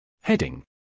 Heading